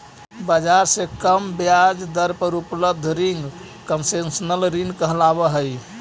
बाजार से कम ब्याज दर पर उपलब्ध रिंग कंसेशनल ऋण कहलावऽ हइ